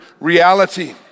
reality